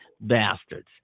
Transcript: bastards